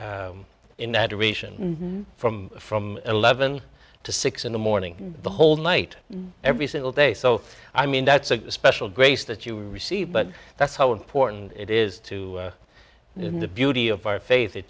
adoration from from eleven to six in the morning the whole night every single day so i mean that's a special grace that you receive but that's how important it is to in the beauty of our faith it